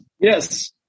Yes